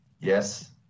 Yes